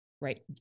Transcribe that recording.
right